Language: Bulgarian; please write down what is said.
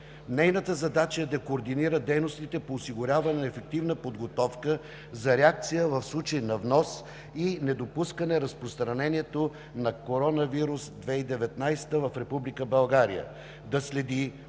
Нейната задача е да координира дейностите по осигуряване на ефективна подготовка за реакция в случай на внос и недопускане на разпространението на коронавирус 2019 в Република България, да следи, обсъжда